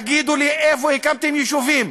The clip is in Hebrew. תגידו לי, איפה הקמתם יישובים,